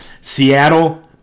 Seattle